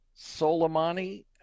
Soleimani